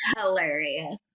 Hilarious